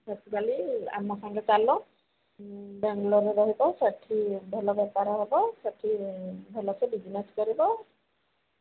ସେଥିଲାଗି ଆମ ସାଙ୍ଗରେ ଚାଲ ବେଙ୍ଗଲୋରରେ ରହିବ ସେଠି ଭଲ ବେପାର ହେବ ସେଠି ଭଲରେ ବିଜିନେସ୍ କରିବ